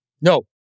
No